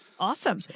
Awesome